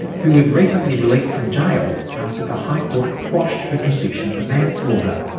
who was recently released from jail after the high court quashed her conviction for manslaughter.